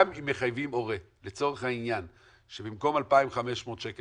גם אם מחייבים הורה לצורך העניין שבמקום 2,500 שקל